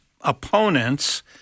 opponents